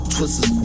Twisters